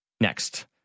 Next